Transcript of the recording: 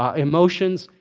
um emotions.